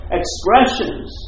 expressions